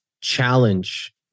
challenge